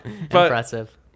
impressive